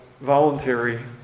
voluntary